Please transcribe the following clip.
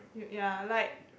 you yeah like